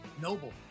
Noble